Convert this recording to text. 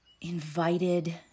invited